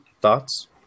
thoughts